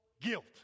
Guilt